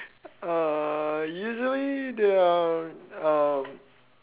uh usually the um